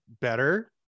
better